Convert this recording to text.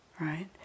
right